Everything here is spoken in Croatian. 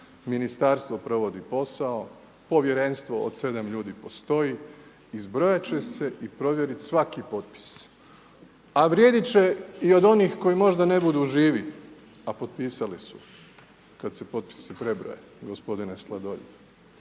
ministarstvo provodi posao, povjerenstvo od 7 ljudi postoji, izbrojat će se i provjerit svaki potpis. A vrijediti će i od onih koji možda ne budu živi, a potpisali su kada se potpisi prebroje, gospodine Sladoljev.